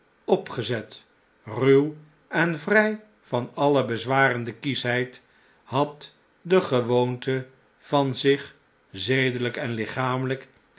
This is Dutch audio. opgezet ruw en vrjj van alle bezwarende kieschheid had de gewoonte van zich zedelnk en lichamelp